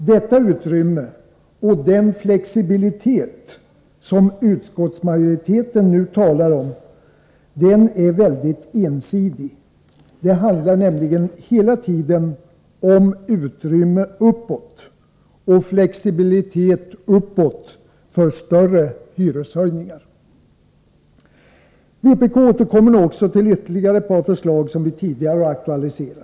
Detta utrymme och den flexibilitet som utskottsmajoriteten nu talar för är väldigt ensidig — det handlar nämligen hela tiden om utrymme uppåt och flexibilitet uppåt för större hyreshöjningar! Vpk återkommer nu också till ytterligare ett par förslag som vi tidigare aktualiserat.